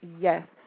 Yes